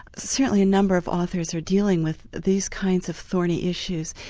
certainly a number of authors are dealing with these kinds of thorny issues,